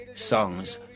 Songs